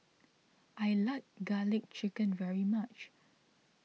I like Garlic Chicken very much